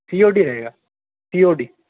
सी O D रहेगा C O D